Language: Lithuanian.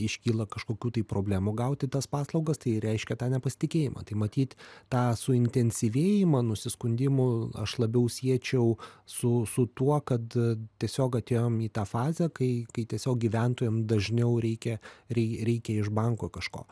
iškyla kažkokių tai problemų gauti tas paslaugas tai reiškia tą nepasitikėjimą tai matyt tą suintensyvėjimą nusiskundimų aš labiau siečiau su su tuo kad tiesiog atėjom į tą fazę kai kai tiesiog gyventojam dažniau reikia rei reikia iš banko kažko